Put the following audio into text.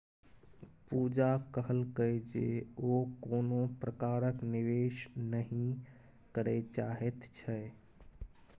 पूजा कहलकै जे ओ कोनो प्रकारक निवेश नहि करय चाहैत छै